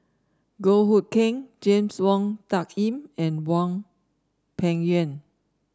Goh Hood Keng James Wong Tuck Yim and Hwang Peng Yuan